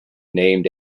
named